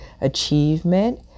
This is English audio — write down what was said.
achievement